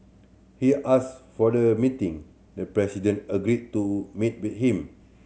he asked for the meeting the president agreed to meet with him